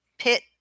pit